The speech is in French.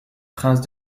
princes